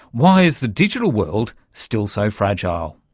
why is the digital world still so fragile?